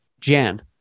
Jan